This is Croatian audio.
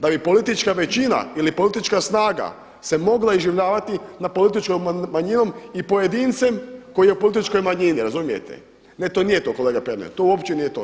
Da bi politička većina ili politička snaga se mogla iživljavati nad političkom manjinom i pojedincem koji je u političkoj manjini, razumijete? … [[Upadica se ne čuje.]] Ne to nije to kolega Pernar, to uopće nije to.